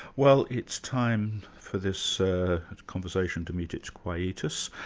well it's time for this ah conversation to meet its quietus.